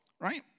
right